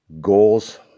Goals